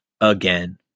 again